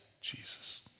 Jesus